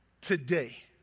today